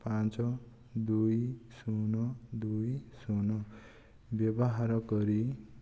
ପାଞ୍ଚ ଦୁଇ ଶୂନ ଦୁଇ ଶୂନ ବ୍ୟବହାର କରି